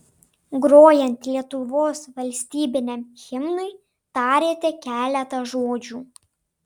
grojant lietuvos valstybiniam himnui tarėte keletą žodžių